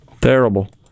terrible